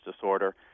disorder